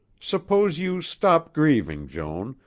suppose you stop grieving, joan,